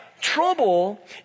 trouble